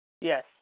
Yes